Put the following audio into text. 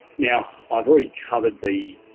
now i've already covered the